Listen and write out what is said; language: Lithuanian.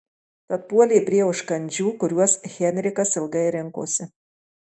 tad puolė prie užkandžių kuriuos henrikas ilgai rinkosi